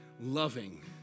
loving